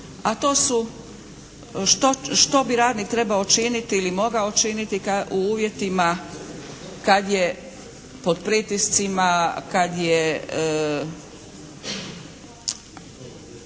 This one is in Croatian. a to su što bi radnik trebao činiti ili mogao činiti u uvjetima kad je pod pritiscima, kad nije